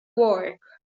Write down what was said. work